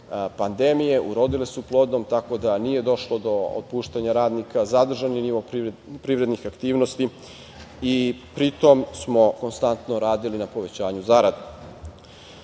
pandemije, urodile su plodom, tako da nije došlo do otpuštanja radnika, zadržan je nivo privrednih aktivnosti i pritom smo konstantno radili na povećanju zarada. Kada